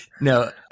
No